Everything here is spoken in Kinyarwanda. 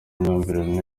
imyumvire